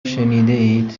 شنیدهاید